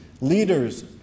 leaders